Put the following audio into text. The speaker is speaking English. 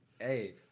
hey